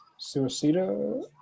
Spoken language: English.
Suicida